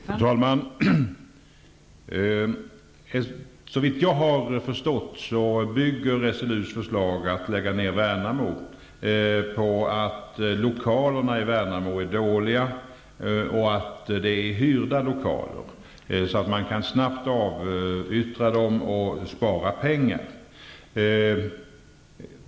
Fru talman! Såvitt jag har förstått bygger SLU:s förslag om att lägga ner utbildningen i Värnamo på att lokalerna i Värnamo, som är hyrda, är dåliga. Det går snabbt att avyttra dem och spara pengar.